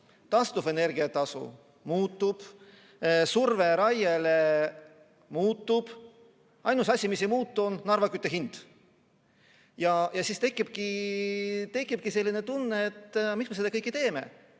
taastuvenergia tasu muutub, surve raiele muutub. Ainus asi, mis ei muutu, on Narva kütte hind. Ja siis tekibki selline tunne, et miks me seda kõike teeme.